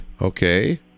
Okay